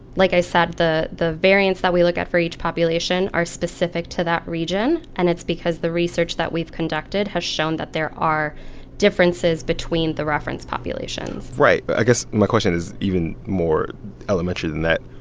like i said, the the variants that we look at for each population are specific to that region and it's because the research that we've conducted has shown that there are differences between the reference populations right. i guess my question is even more elementary than that.